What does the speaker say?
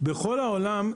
בכל העולם,